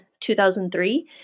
2003